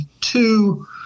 two